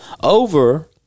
over